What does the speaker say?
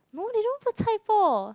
no they don't put chai-poh